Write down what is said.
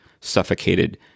suffocated